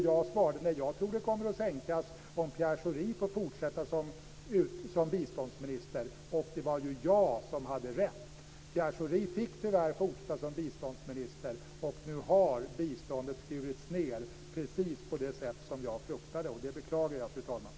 Jag svarade: Nej, jag tror att det kommer att sänkas om Pierre Schori får fortsätta som biståndsminister. Och det var ju jag som hade rätt. Pierre Schori fick tyvärr fortsätta som biståndsminister, och nu har biståndet skurits ned på precis det sätt som jag fruktade. Det beklagar jag, fru talman.